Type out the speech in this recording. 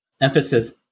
emphasis